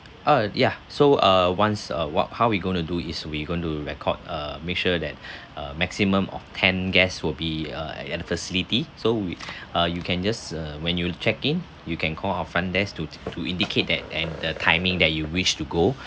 uh ya so uh once a wha~ how we going to do is we going to record uh make sure that a maximum of ten guests will be uh at the facility so we uh you can just uh when you check in you can call our front desk to to indicate that and the timing that you wish to go